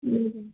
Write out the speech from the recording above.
ए